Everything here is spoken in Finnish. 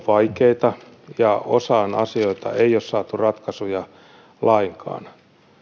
vaikeita ja osaan asioita ei ole saatu ratkaisuja lainkaan